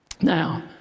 Now